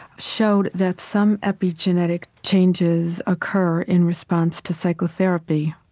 showed that some epigenetic changes occur in response to psychotherapy.